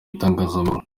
itangazamakuru